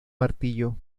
martillo